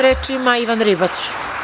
Reč ima Ivan Ribać.